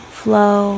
flow